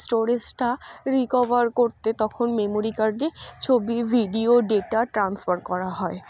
স্টোরেজটা recover করতে তখন memory কার্ডে ছবি ভিডিও ডেটা ট্রান্সফার করা হয়